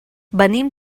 venim